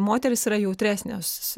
moterys yra jautresnės